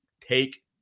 Take